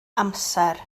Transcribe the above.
amser